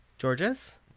Georges